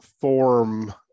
form